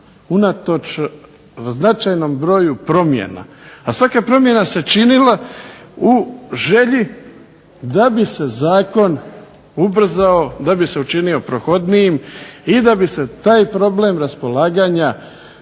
unatoč značajnom broju promjena, a svaka promjena se činila u želji da bi se zakon ubrzao, da bi se učinio prohodnijim i da bi se taj problem raspolaganja